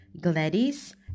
gladys